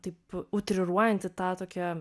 taip utriruojant į tą tokią